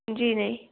जी नेईं